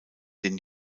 den